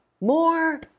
more